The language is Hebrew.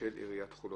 של עיריית חולון.